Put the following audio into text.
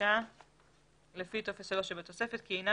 הבקשה לפי טופס 3 שבתוספת כי היא איננה